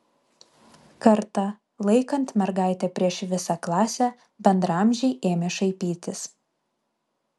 kartą laikant mergaitę prieš visą klasę bendraamžiai ėmė šaipytis